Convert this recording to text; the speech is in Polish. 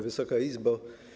Wysoka Izbo!